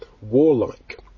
warlike